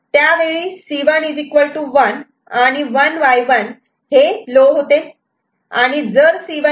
त्यावेळी C1 1 आणि 1Y1 हे लो होते